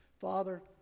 Father